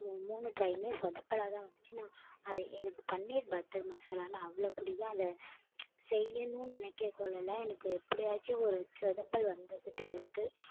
மூணு ட்ரைமே சொதப்பலாகதான் வந்துச்சு நான் அதை எனக்கு பன்னிர் பட்டர் மசாலானால் அவ்வளோ பிடிக்கும் அதை செய்யணுன்னு நினைக்கக்கொள்ளலா எனக்கு எப்படியாச்சம் ஒரு சொதப்பல் வந்துக்கிட்டே இருக்குது